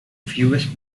fewest